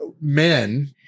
men